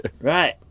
right